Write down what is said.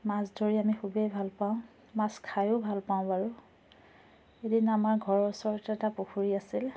মাছ ধৰি আমি খুবেই ভাল পাওঁ মাছ খায়ো ভাল পাওঁ বাৰু সিদিনা আমাৰ ঘৰৰ ওচৰত এটা পুখুৰী আছিল